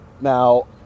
Now